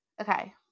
Okay